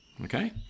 okay